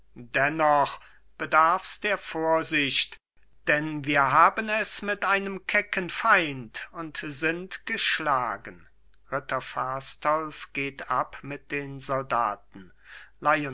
dennoch bedarfs der vorsicht denn wir haben es mit einem kecken feind und sind geschlagen ritter fastolf geht ab mit den soldaten